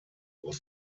was